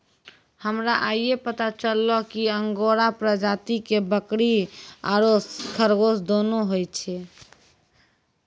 हमरा आइये पता चललो कि अंगोरा प्रजाति के बकरी आरो खरगोश दोनों होय छै